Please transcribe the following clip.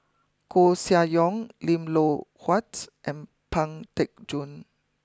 Koeh Sia Yong Lim Loh Huat and Pang Teck Joon